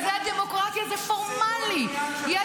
זה לא עניין של לא אהבתי אותם.